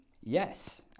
Yes